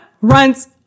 runs